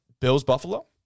Bills-Buffalo